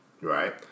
Right